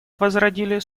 возродили